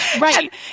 right